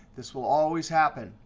this will always happen.